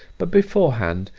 but beforehand,